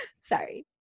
sorry